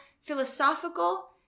philosophical